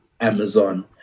Amazon